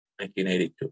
1982